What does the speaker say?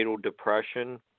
depression